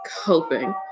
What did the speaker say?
coping